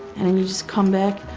and and you just come back.